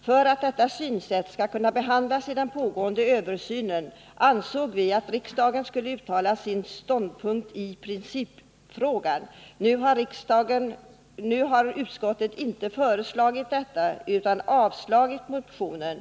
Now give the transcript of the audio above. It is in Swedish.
För att detta synsätt skall kunna behandlas i den pågående översynen anser vi att riksdagen skall uttala sin ståndpunkt i principfrågan. Utskottet har inte tillstyrkt vårt förslag utan avstyrkt motionen.